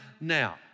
now